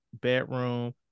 bedroom